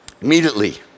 Immediately